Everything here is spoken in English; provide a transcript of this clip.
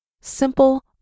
simple